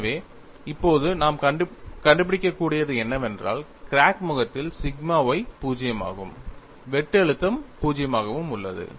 எனவே இப்போது நாம் காண்பிக்கக்கூடியது என்னவென்றால் கிராக் முகத்தில் சிக்மா y 0 ஆகவும் வெட்டு அழுத்தம் 0 ஆகவும் உள்ளது